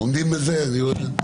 עומדים בזה?